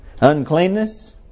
Uncleanness